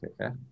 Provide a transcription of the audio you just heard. Okay